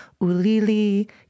Ulili